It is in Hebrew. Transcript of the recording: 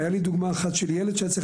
הייתה לי דוגמה אחת של ילד שהיה צריך